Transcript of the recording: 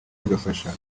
bigafasha